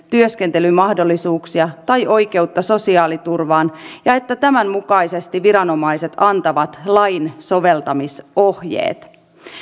työskentelymahdollisuuksia tai oikeutta sosiaaliturvaan ja että tämän mukaisesti viranomaiset antavat lain soveltamisohjeet